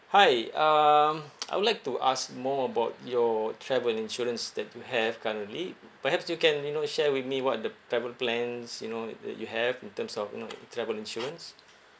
hi um I would like to ask more about your travel insurance that you have currently perhaps you can you know share with me what are the travel plans you know that you have in terms of you know travel insurance